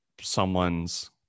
someone's